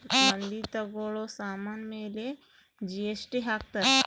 ಮಂದಿ ತಗೋಳೋ ಸಾಮನ್ ಮೇಲೆ ಜಿ.ಎಸ್.ಟಿ ಹಾಕ್ತಾರ್